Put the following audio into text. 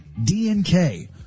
DNK